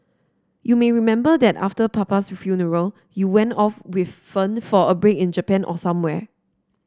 you may remember that after papa's funeral you went off with Fern for a break in Japan or somewhere